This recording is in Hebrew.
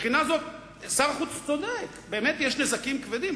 מבחינה זאת שר החוץ צודק, באמת יש נזקים כבדים.